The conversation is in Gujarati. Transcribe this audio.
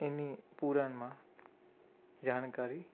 એની પુરાણમાં જાણકારી